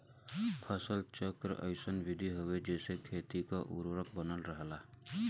फसल चक्र अइसन विधि हउवे जेसे खेती क उर्वरक बनल रहला